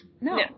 No